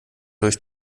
durch